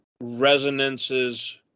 resonances